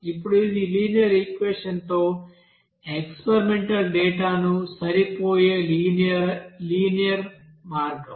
ఇప్పుడు ఇది లినియర్ ఈక్వెషన్తో ఎక్స్పెరిమెంటల్ డేటా ను సరిపోయే లినియర్ మైన మార్గం